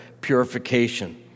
Purification